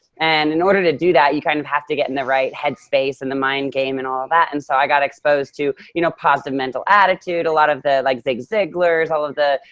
and in order to do that, you kind of have to get in the right head space and the mind game and all of that. and so i got exposed to you know positive mental attitude, a lot of the like zig ziglar's, all of the,